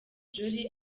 jolly